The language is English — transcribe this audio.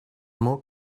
more